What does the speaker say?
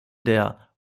der